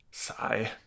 Sigh